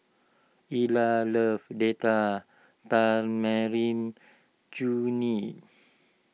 Ellar loves Date Tamarind Chutney